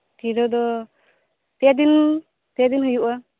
ᱛᱤᱦᱤᱧ ᱫᱚ ᱟᱫᱚ ᱯᱮᱫᱤᱱ ᱯᱮᱫᱤᱱ ᱦᱩᱭᱩᱜᱼᱟ